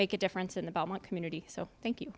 make a difference in the belmont community so thank you